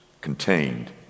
contained